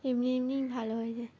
এমনি এমনিই ভালো হয়ে যায়